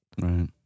Right